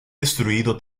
destruido